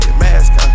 mask